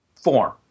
form